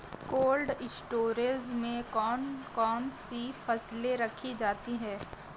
Cold storage में कौन कौन सी फसलें रखी जाती हैं?